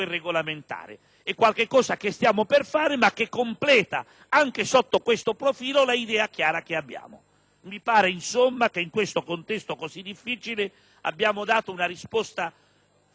Mi pare insomma che in questo contesto così difficile abbiamo dato francamente una risposta non buona, ma davvero molto buona. Come al solito, tutto